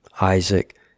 Isaac